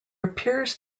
appears